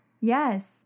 Yes